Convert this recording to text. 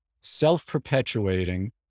self-perpetuating